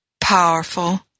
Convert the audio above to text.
powerful